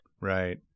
right